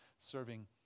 serving